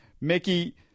Mickey